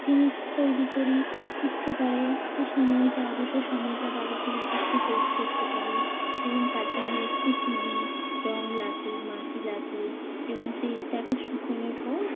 জিনিস তৈরি করি ইচ্ছে করে যে সময়টা অবসর সময়টা বাবাকে যাতে একটু হেল্প করতে পারি এবং তার জন্য একটু তুলি রঙ লাগে মাটি লাগে এবং সেই তাকে শুকোনোর পর